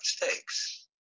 mistakes